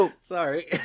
Sorry